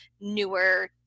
newer